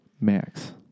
Max